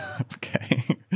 Okay